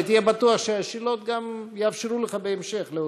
ותהיה בטוח שהשאלות גם יאפשרו לך בהמשך להוסיף.